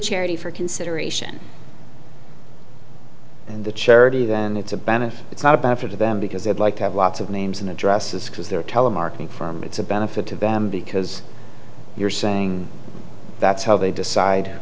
charity for consideration and the charity then it's a benefit it's not bad for them because they'd like to have lots of names and addresses because they're telemarketing from it's a benefit to them because you're saying that's how they decide